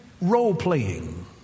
role-playing